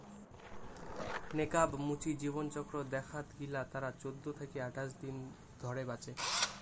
নেকাব মুচি জীবনচক্র দেখাত গিলা তারা চৌদ্দ থাকি আঠাশ দিন ধরে বাঁচে